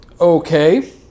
Okay